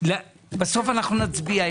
בסוף אנחנו נצביע.